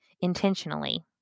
intentionally